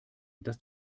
das